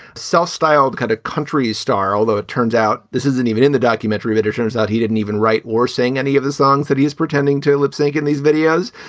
self-styled kind of country star. although it turns out this isn't even in the documentary. literature is out. he didn't even write were saying any of the songs that he is pretending to lip-sync in these videos.